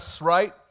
right